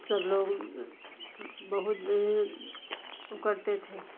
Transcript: सब लोग बहुत वह करते थे